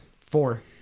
Four